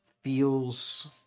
feels